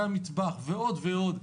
המטבח ועוד ועוד,